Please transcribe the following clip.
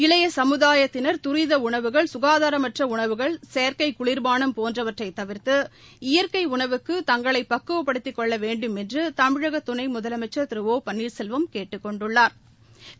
இளைய சமுதாயத்தினர் தரித உணவுகள் சுகாதாரமற்ற உணவுகள் செயற்கை சுகுளியானம் போன்றவற்றை தவிர்த்து இபற்கை உணவுக்கு தங்களை பக்குவப்படுத்திக் கொள்ள வேண்டுமென்று தமிழக துணை முதலமைச்சா் திரு ஒ பன்னீாசெல்வம் கேட்டுக் கொண்டுள்ளாா்